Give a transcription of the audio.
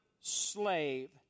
slave